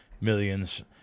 millions